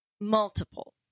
multiple